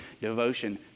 devotion